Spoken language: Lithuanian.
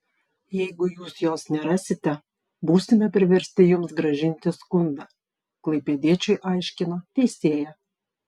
jeigu jūs jos nerasite būsime priversti jums grąžinti skundą klaipėdiečiui aiškino teisėja